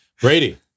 Brady